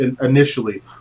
initially